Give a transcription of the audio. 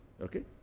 Okay